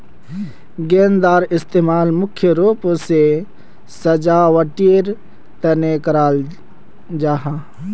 गेंदार इस्तेमाल मुख्य रूप से सजावटेर तने कराल जाहा